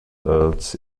earls